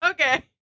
Okay